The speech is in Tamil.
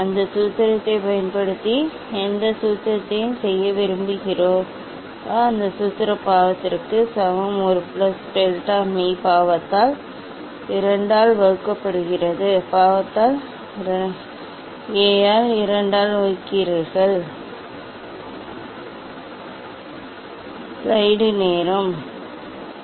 அந்த சூத்திரத்தைப் பயன்படுத்தி எந்த சூத்திரத்தை செய்ய விரும்புகிறீர்களோ அந்த சூத்திரம் பாவத்திற்கு சமம் ஒரு பிளஸ் டெல்டா மீ பாவத்தால் 2 ஆல் வகுக்கப்படுகிறது பாவத்தால் A ஆல் 2 ஆல் வகுக்கிறீர்கள் நீங்கள் கணக்கிடும் வெவ்வேறு அலைநீளத்திற்கு இப்போது நீங்கள் சதி செய்கிறீர்கள் நீங்கள் சதி mu மற்றும் அலைநீளத்திற்கு எதிராக இந்த வகை பெறுவீர்கள் நான் சரியாக இருக்க வேண்டுமா என்று